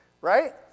right